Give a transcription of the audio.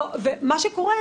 ומה שקורה,